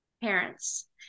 parents